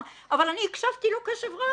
ואני הקשבתי לו קשב רב,